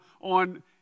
on